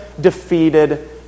defeated